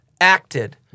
acted